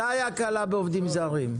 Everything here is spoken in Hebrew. מתי הקלה בעובדים זרים?